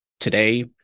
Today